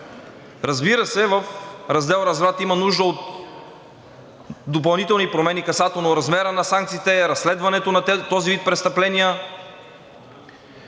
свобода. Раздел „Разврат“ има нужда от допълнителни промени касателно размера на санкциите, разследването на този вид престъпления.